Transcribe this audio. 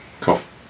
cough